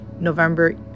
november